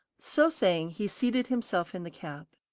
so saying, he seated himself in the cab.